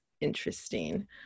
Interesting